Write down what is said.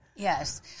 Yes